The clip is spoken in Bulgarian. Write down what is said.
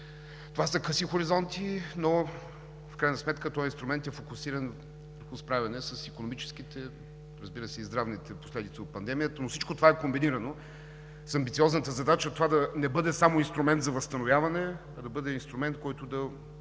Това са къси хоризонти, но в крайна сметка този инструмент е фокусиран за справяне с икономическите, разбира се, и здравните последици от пандемията. Всичко това е комбинирано с амбициозната задача да не бъде само инструмент за възстановяване, а да бъде инструмент, който да